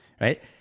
right